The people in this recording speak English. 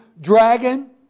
dragon